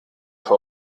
für